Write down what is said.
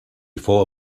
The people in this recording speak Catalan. fou